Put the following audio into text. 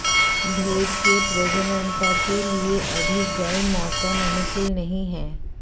भेंड़ की प्रजननता के लिए अधिक गर्म मौसम अनुकूल नहीं है